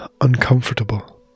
uncomfortable